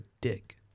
dick